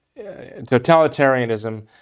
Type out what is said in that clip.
totalitarianism